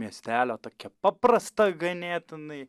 miestelio tokią paprastą ganėtinai